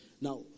Now